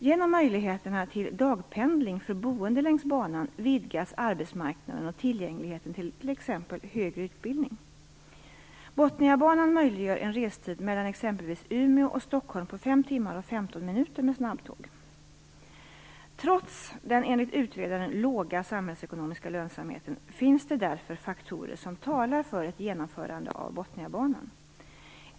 Genom möjligheterna till dagpendling för boende längs banan vidgas arbetsmarkanden och tillgängligheten till t.ex. högre utbildning. Botniabanan möjliggör en restid mellan exempelvis Umeå och Trots den enligt utredaren låga samhällsekonomiska lönsamheten finns det därför faktorer som talar för ett genomförande av Botniabanan.